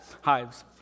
hives